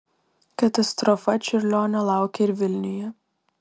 katastrofa čiurlionio laukė ir vilniuje